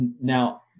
Now